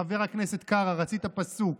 חבר הכנסת קארה, רצית פסוק.